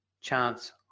chance